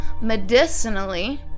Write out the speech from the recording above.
medicinally